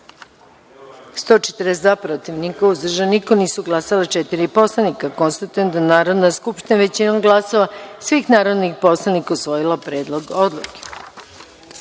142, protiv – niko, uzdržanih nema, nisu glasala četiri poslanika. Konstatujem da je Narodna skupština većinom glasova svih narodnih poslanika usvojila Predlog